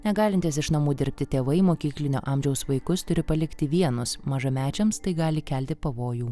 negalintys iš namų dirbti tėvai mokyklinio amžiaus vaikus turi palikti vienus mažamečiams tai gali kelti pavojų